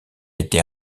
été